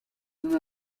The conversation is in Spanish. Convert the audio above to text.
una